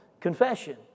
confession